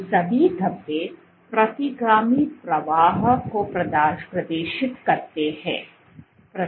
ये सभी धब्बे प्रतिगामी प्रवाह को प्रदर्शित करते हैं